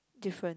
different